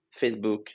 Facebook